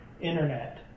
internet